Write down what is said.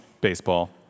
baseball